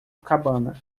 cabana